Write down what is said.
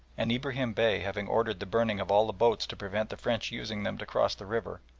and, ibrahim bey having ordered the burning of all the boats to prevent the french using them to cross the river,